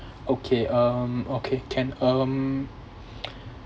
okay um okay can um